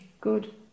good